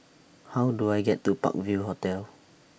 How Do I get to Park View Hotel